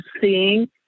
seeing